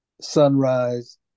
sunrise